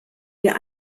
wir